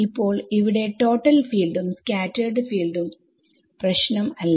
ഇപ്പോൾ ഇവിടെ total field ഉം സ്കാറ്റെർഡ് ഫീൽഡ് ഉം പ്രശ്നം അല്ല